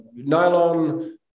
nylon